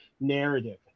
narrative